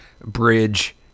Bridge